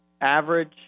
average